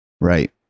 right